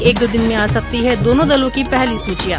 एक दो दिन में आ सकती हैं दोनो दलों की पहली सूचियां